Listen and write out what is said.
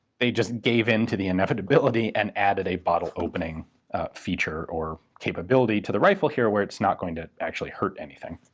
they just gave in to the inevitability and added a bottle opening feature, or capability, to the rifle here, where it's not going to actually hurt anything.